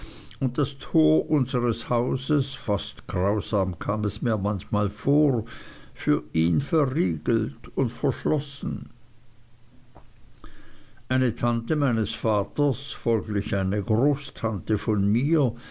und das tor unseres hauses fast grausam kam es mir manchmal vor für ihn verriegelt und verschlossen eine tante meines vaters folglich eine großtante von mir